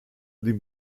dem